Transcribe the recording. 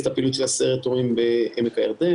את הפעילות של סיירת ההורים בעמק הירדן,